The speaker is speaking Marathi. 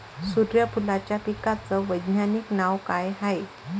सुर्यफूलाच्या पिकाचं वैज्ञानिक नाव काय हाये?